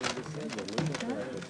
הישיבה ננעלה